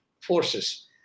forces